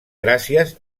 gràcies